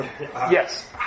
Yes